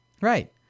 Right